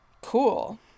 Cool